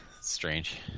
Strange